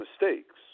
mistakes